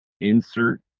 insert